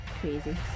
crazy